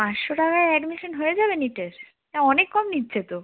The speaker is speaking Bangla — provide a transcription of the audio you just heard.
পাঁচশো টাকায় অ্যাডমিশন হয়ে যাবে নিটের হ্যাঁ অনেক কম নিচ্ছে তো